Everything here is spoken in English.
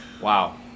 Wow